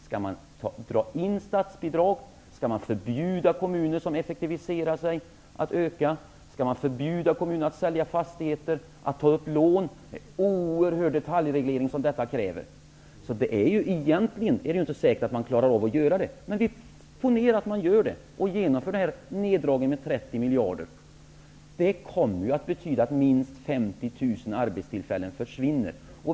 Skall man dra in statsbidrag? Skall man förbjuda kommuner som effektiviserar sig att öka? Skall man förbjuda kommuner att sälja fastigheter eller att ta ett lån? Det är en oerhörd detaljreglering som detta kräver. Därför är det egentligen inte säkert att man klarar av att göra det. Men ponera att man gör det. Om man genomför en nedskärning med 30 miljarder kommer det att betyda att minst 50 000 arbetstillfällen försvinner.